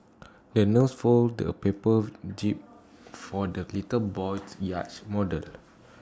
the nurse folded A paper jib for the little boy's yacht model